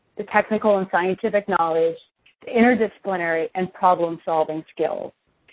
the technical and scientific knowledge, the interdisciplinary and problem-solving skills.